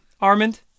Armand